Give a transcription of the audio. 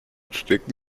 stecken